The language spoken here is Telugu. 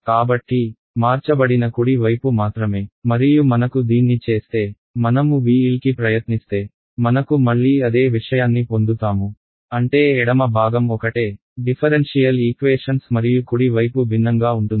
కాబట్టి మార్చబడిన కుడి వైపు మాత్రమే మరియు మనకు దీన్ని చేస్తే మనము VL కి ప్రయత్నిస్తే మనకు మళ్ళీ అదే విషయాన్ని పొందుతాము అంటే ఎడమ భాగం ఒకటే డిఫరెన్షియల్ ఈక్వేషన్స్ మరియు కుడి వైపు భిన్నంగా ఉంటుంది